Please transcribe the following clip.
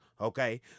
Okay